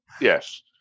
yes